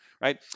right